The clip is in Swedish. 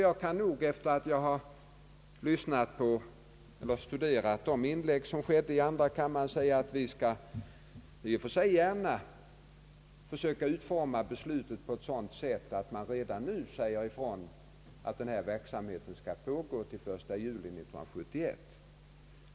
Jag kan efter att ha studerat debattinläggen i andra kammaren säga att vi i och för sig gärna skall försöka utforma besluten på ett sådant sätt att det redan nu sägs ifrån att denna verksamhet skall pågå till den 1 juli 1971.